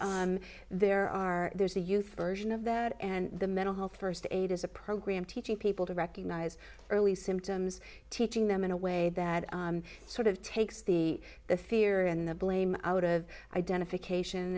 there are there's a youth version of that and the mental health first aid is a program teaching people to recognise early symptoms teaching them in a way that sort of takes the the fear and the blame out of identification